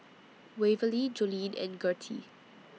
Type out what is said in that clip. Waverly Joline and Gertie